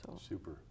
Super